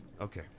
Okay